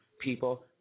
People